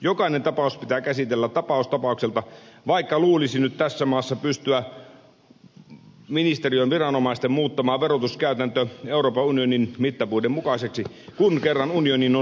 jokainen tapaus pitää käsitellä ta paus tapaukselta vaikka luulisi nyt tässä maassa ministeriön viranomaisten pystyvän muuttamaan verotuskäytäntö euroopan unionin mittapuiden mukaiseksi kun kerran unioniin on liitytty